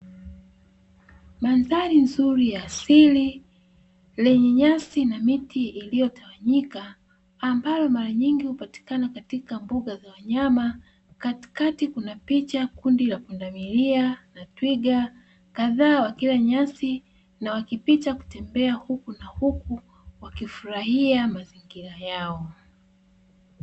Mandhari nzuri ya asili, yenye nyasi na miti iliyotawanyika. Ambayo mara nyingi hupatikana katika mbuga za wanyama, katikati kuna kundi la pundamilia na twiga kadhaa wakila nyasi, na wakipita kutembea huku na huku wakifurahia mazingira yao.